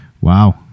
Wow